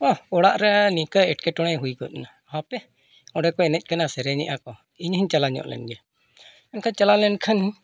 ᱚᱦ ᱚᱲᱟᱜᱨᱮ ᱱᱤᱝᱠᱟᱹ ᱮᱴᱠᱮᱴᱚᱬᱮ ᱦᱩᱭ ᱜᱚᱫ ᱮᱱᱟ ᱦᱟᱯᱮ ᱚᱸᱰᱮ ᱠᱚ ᱮᱱᱮᱡ ᱠᱟᱱᱟ ᱥᱮᱨᱮᱧᱮᱫᱼᱟ ᱠᱚ ᱤᱧᱦᱚᱧ ᱪᱟᱞᱟᱣ ᱧᱚᱜ ᱞᱮᱱᱜᱮ ᱮᱱᱠᱷᱟᱱ ᱪᱟᱞᱟᱣ ᱞᱮᱱᱠᱷᱟᱱ